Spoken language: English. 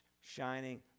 shining